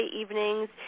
evenings